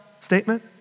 statement